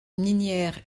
minière